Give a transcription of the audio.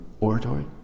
oratory